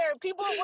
People